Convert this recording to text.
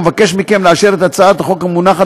ומבקש מכם לאשר את הצעת החוק המונחת